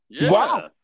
Wow